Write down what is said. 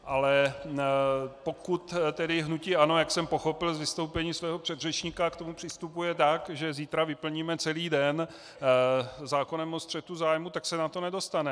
Ale pokud tedy hnutí ANO, jak jsem pochopil z vystoupení svého předřečníka, k tomu přistupuje tak, že zítra vyplníme celý den zákonem o střetu zájmů, tak se na to nedostane.